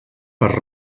per